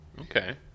okay